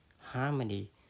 harmony